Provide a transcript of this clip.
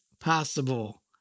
possible